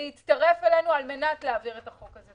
ולהצטרף אלינו על מנת להעביר את הצעת החוק הזאת.